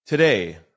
Today